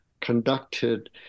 conducted